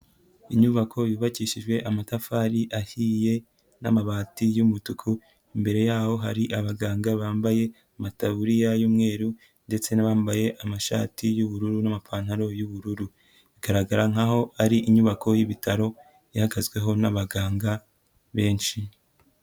Inyubako yubakishijwe amatafari ahiye n'amabati y'umutuku, imbere yaho hari abaganga bambaye amataburiya y'umweru ndetse n'abambaye amashati y'ubururu n'amapantaro y'ubururu, igaragara nkaho ari inyubako y'ibitaro ihagazweho n'abaganga benshi.